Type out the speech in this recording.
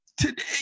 Today